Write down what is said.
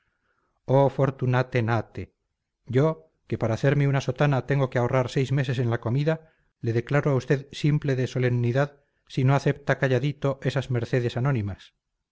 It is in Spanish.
oh fortunate nate yo que para hacerme una sotana tengo que ahorrar seis meses en la comida le declaro a usted simple de solemnidad si no acepta calladito esas mercedes anónimas